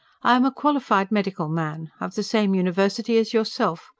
i am a qualified medical man. of the same university as yourself.